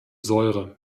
säure